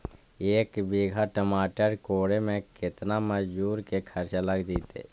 एक बिघा टमाटर कोड़े मे केतना मजुर के खर्चा लग जितै?